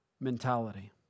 mentality